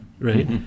Right